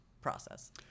process